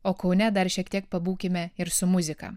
o kaune dar šiek tiek pabūkime ir su muzika